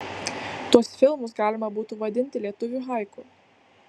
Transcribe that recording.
tuos filmus galima būtų vadinti lietuvių haiku